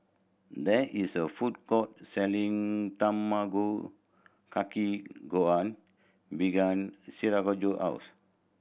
there is a food court selling Tamago Kake Gohan behind Sergio house